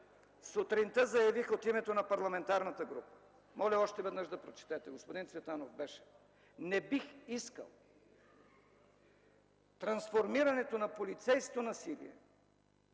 сутринта заявих от името на парламентарната група, моля още веднъж да прочетете, господин Цветанов, беше, не бих искал трансформирането на полицейско насилие